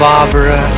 Barbara